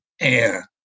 air